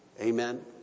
Amen